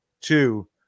two